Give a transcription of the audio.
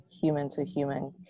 human-to-human